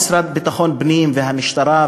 המשרד לביטחון פנים והמשטרה,